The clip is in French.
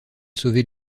sauver